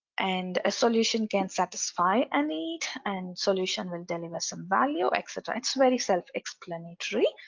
and a solution can satisfy a need and solution will deliver some value etc. it's very self-explanatory.